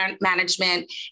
management